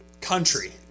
country